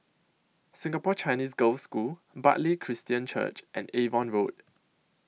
Singapore Chinese Girls' School Bartley Christian Church and Avon Road